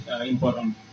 important